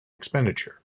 expenditure